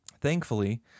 Thankfully